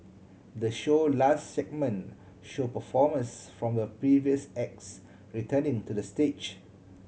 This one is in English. the show last segment show performers from the previous acts returning to the stage